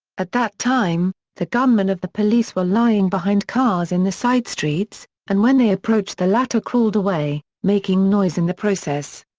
at that time, the gunmen of the police were lying behind cars in the sidestreets, and when they approached the latter crawled away, making noise in the process.